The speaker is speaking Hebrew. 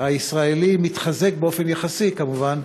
הישראלי מתחזק, באופן יחסי כמובן,